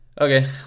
Okay